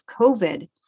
COVID